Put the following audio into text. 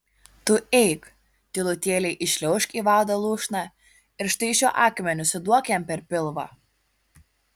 tu eik tylutėliai įšliaužk į vado lūšną ir štai šiuo akmeniu suduok jam per pilvą